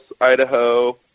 Idaho